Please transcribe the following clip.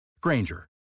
Granger